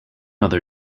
other